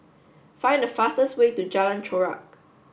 find the fastest way to Jalan Chorak